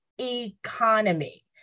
economy